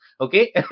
Okay